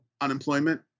unemployment